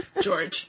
George